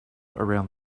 around